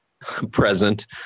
present